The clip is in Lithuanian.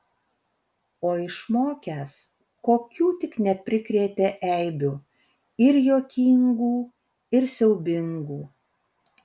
o išmokęs kokių tik neprikrėtė eibių ir juokingų ir siaubingų